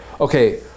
Okay